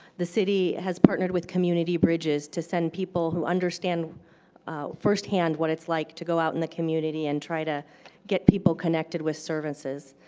the city has partnered with community bridges to send people who understand firsthand what's it like to go out in the community and try to get people connected with services.